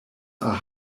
are